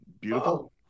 Beautiful